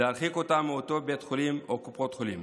להרחיק אותם מאותו בית חולים או קופת חולים.